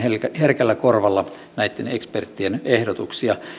herkällä korvalla näitten eksperttien ehdotuksia